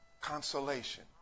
consolation